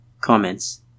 Comments